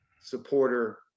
supporter